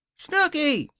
snooky!